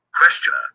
Questioner